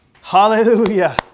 Hallelujah